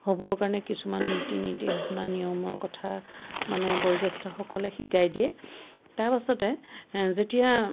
হ'বৰ কাৰণে কিছুমান নীতি নিৰ্দেশনা নিয়মৰ কথা মানে বয়োজ্যেষ্ঠসকলে শিকাই দিয়ে তাৰ পাছতে যেতিয়া